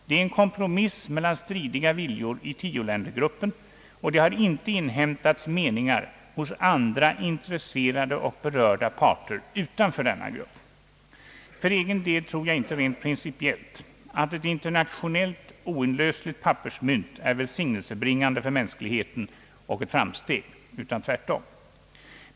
Det är en kompromiss mellan stridiga viljor i tioländergruppen, och meningar hos andra intresserade och berörda parter utanför denna grupp har inte inhämtats. För egen del tror jag inte rent principiellt, att ett internationellt, oinlösligt pappersmynt är välsignelsebringande för mänskligheten och ett framsteg utan tvärtom.